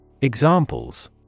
Examples